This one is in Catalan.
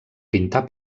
pintar